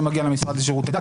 זה מגיע למשרד לשירותי דת,